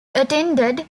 attended